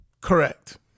correct